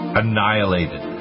annihilated